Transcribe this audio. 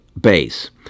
base